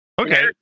Okay